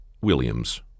Williams